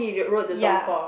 ya